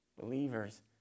Believers